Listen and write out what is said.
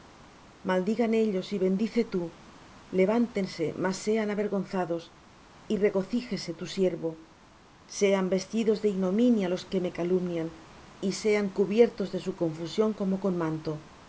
maldigan ellos y bendice tú levántense mas sean avergonzados y regocíjese tu siervo sean vestidos de ignominia los que me calumnian y sean cubiertos de su confusión como con manto